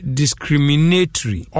discriminatory